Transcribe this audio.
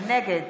נגד